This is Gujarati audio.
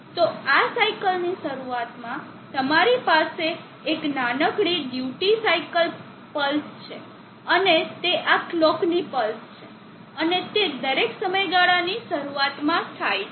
તો સાઇકલ ની શરૂઆતમાં તમારી પાસે એક નાનકડી ડ્યુટી સાઇકલની પલ્સ છે અને તે આ કલોકની પલ્સ છે અને તે દરેક સમયગાળાની શરૂઆતમાં થાય છે